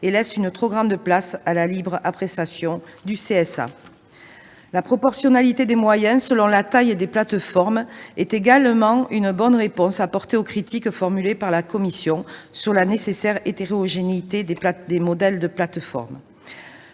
et laissent une trop grande place à la libre appréciation du CSA. La proportionnalité des moyens selon la taille des plateformes est également une bonne réponse apportée aux critiques formulées par la commission sur la nécessaire hétérogénéité des modèles de plateformes.